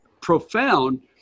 profound